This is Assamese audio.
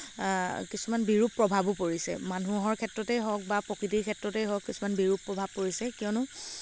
কিছুমান বিৰূপ প্ৰভাৱো পৰিছে মানুহৰ ক্ষেত্ৰতে হওঁক বা প্ৰকৃতিৰ ক্ষেত্ৰতে হওঁক কিছুমান বিৰূপ প্ৰভাৱ পৰিছে কিয়নো